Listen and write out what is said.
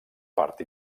part